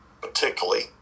particularly